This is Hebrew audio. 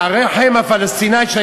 שהקבוצות בליגות הנמוכות שסובלות מבעיית